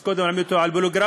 אז קודם להעמיד אותו על פוליגרף